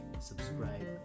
subscribe